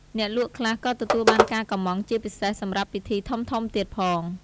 អ្នកលក់ខ្លះក៏ទទួលបានការកម៉្មង់ជាពិសេសសម្រាប់ពិធីធំៗទៀតផង។